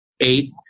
eight